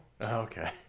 Okay